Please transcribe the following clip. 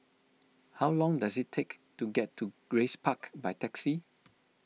how long does it take to get to Grace Park by taxi